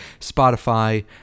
Spotify